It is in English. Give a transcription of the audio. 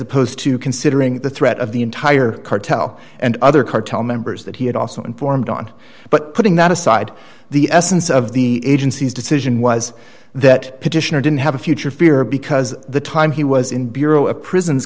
opposed to considering the threat of the entire cartel and other cartel members that he had also informed on but putting that aside the essence of the agency's decision was that petitioner didn't have a future fear because the time he was in bureau of prisons